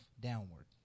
downward